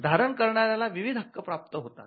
धारण करणाऱ्याला विविध हक्क प्राप्त होतात